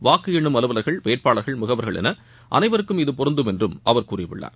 வாக்கு எண்ணும் அலுவர்கள் வேட்பாளர்கள் முகவர்கள் என அனைவருக்கும் இது பொருந்தும் என்றும் அவர் கூறியுள்ளார்